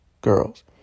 girls